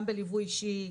גם בליווי אישי,